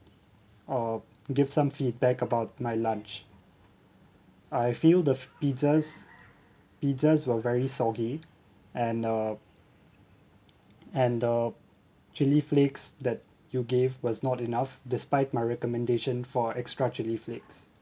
uh give some feedback about my lunch I feel the f~ pizzas pizzas were very soggy and uh and the chilli flakes that you gave was not enough despite my recommendation for extra chilli flakes